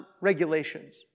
regulations